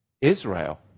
Israel